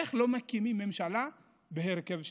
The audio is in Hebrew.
איך לא מקימים ממשלה בהרכב שכזה.